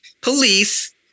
police